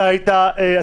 יואב.